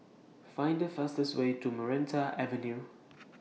Find The fastest Way to Maranta Avenue